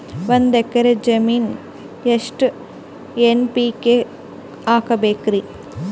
ಒಂದ್ ಎಕ್ಕರ ಜಮೀನಗ ಎಷ್ಟು ಎನ್.ಪಿ.ಕೆ ಹಾಕಬೇಕರಿ?